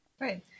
Right